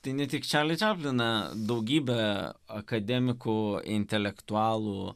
tai ne tik čarlį čapliną daugybę akademikų intelektualų